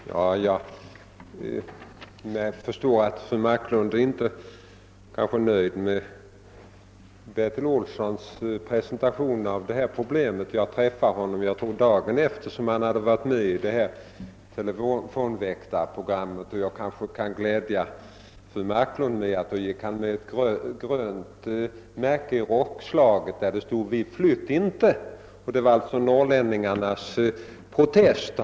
Herr talman! Jag kan förstå att fru Marklund kanske inte är nöjd med Bertil Olssons presentation av detta problem. Jag träffade honom dagen efter det att han hade varit med i telefonväktarprogrammet, och jag kan glädja fru Marklund med att han då bar ett grönt märke i rockslaget där det stod: »Vi flytt” inte.» Det var norrlänningarnas protest.